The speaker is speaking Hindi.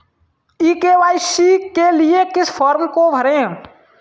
ई के.वाई.सी के लिए किस फ्रॉम को भरें?